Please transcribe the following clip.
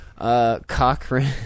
Cochran